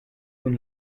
kun